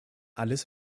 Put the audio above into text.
alles